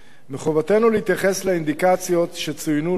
מחובתנו להתייחס לאינדיקציות שצוינו לעיל,